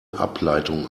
ableitung